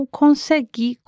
consegui